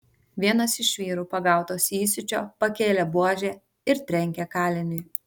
vienas iš vyrų pagautas įsiūčio pakėlė buožę ir trenkė kaliniui